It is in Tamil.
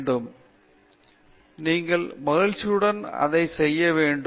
பேராசிரியர் ராஜேஷ் குமார் நீங்கள் மகிழ்ச்சியுடன் அதை செய்ய வேண்டும்